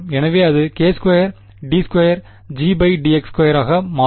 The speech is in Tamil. எனவே இது k2d2Gdx2 ஆக மாறும்